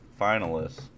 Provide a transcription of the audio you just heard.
finalists